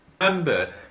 remember